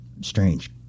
strange